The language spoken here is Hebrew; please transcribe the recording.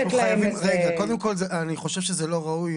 אני חושב שזה לא ראוי,